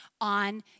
on